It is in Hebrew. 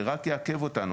זה רק יעכב אותנו.